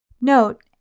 Note